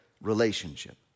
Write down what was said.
relationship